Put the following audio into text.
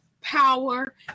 power